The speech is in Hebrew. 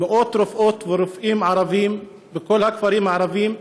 מאות רופאות ורופאים ערבים בכל הכפרים הערביים,